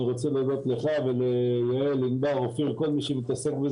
הם רוצים לדאוג לנוחות של